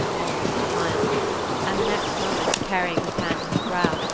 almost defiantly and the next moment, carrying his hand to his brow,